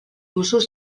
usos